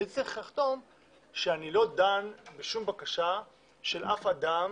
אני הייתי צריך לחתום שאני לא דן בשום בקשה של אף אדם